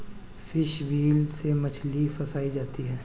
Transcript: fish wheel से मछली फँसायी जाती है